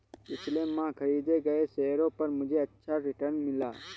पिछले माह खरीदे गए शेयरों पर मुझे अच्छा रिटर्न मिला